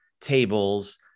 tables